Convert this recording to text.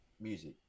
music